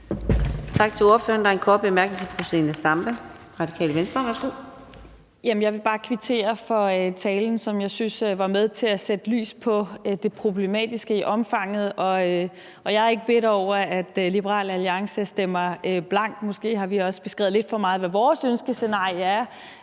Jeg vil bare kvittere for talen, som jeg synes var med til at kaste lys over det problematiske i omfanget, og jeg er ikke bitter over, at Liberal Alliance stemmer blankt. Måske har vi også lidt for meget beskrevet, hvad vores ønskescenarie er.